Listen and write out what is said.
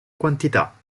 quantità